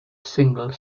single